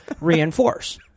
reinforce